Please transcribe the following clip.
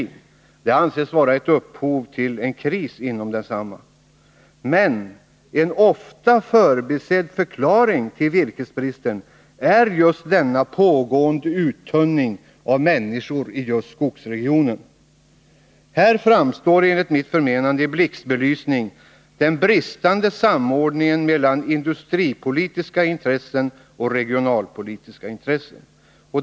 Denna brist anses vara upphov till en kris inom industrin. Men en ofta förbisedd förklaring till virkesbristen är just denna pågående uttunning av antalet människor i skogsregionerna. Här framstår enligt mitt förmenande i blixtbelysning den bristande samordningen mellan industripolitiska intressen och regionalpolitiska intressen.